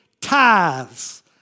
tithes